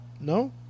No